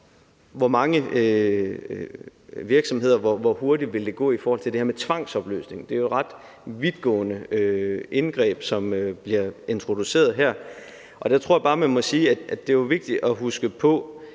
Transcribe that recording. her spørgsmål om, hvor hurtigt det vil gå i forhold til det her med tvangsopløsning af virksomheder. Det er jo et ret vidtgående indgreb, som bliver introduceret her. Der tror jeg bare, man må sige, at det jo er vigtigt at huske på,